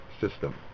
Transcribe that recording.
system